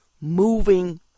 moving